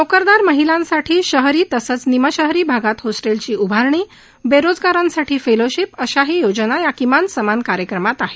नोकदार महिलांसाठी शहरी तसंच निमशहरी भागात होस्टेलची उभारणी बेरोजगारांसाठी फेलोशिप अशाही योजना या किमान समान कार्यक्रमात आहेत